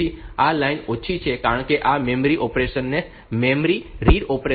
તેથી આ લાઇન ઓછી છે કારણ કે આ એ મેમરી ઓપરેશન એ મેમરી રીડ ઓપરેશન છે